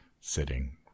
Sitting